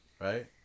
right